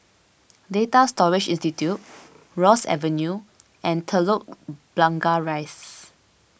Data Storage Institute Ross Avenue and Telok Blangah Rise